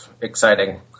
exciting